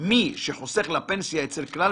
מי שחוסך לפנסיה אצל כלל,